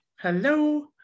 Hello